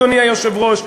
אדוני היושב-ראש,